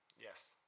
Yes